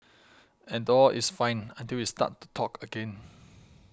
and all is fine until it start to talk again